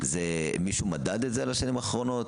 התשלום הוא על ידי קופת החולים.